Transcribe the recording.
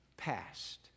Past